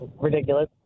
Ridiculous